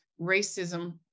racism